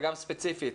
וגם ספציפית,